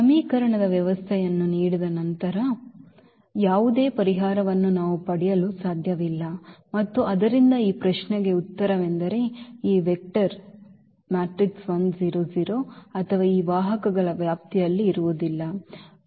ಸಮೀಕರಣದ ವ್ಯವಸ್ಥೆಯನ್ನು ನೀಡಿದ ಇದರ ಯಾವುದೇ ಪರಿಹಾರವನ್ನು ನಾವು ಪಡೆಯಲು ಸಾಧ್ಯವಿಲ್ಲ ಮತ್ತು ಆದ್ದರಿಂದ ಈ ಪ್ರಶ್ನೆಗೆ ಉತ್ತರವೆಂದರೆ ಈ ವೆಕ್ಟರ್ ಅಥವಾ ಈ ವಾಹಕಗಳ ವ್ಯಾಪ್ತಿಯಲ್ಲಿ ಇರುವುದಿಲ್ಲ ಮತ್ತು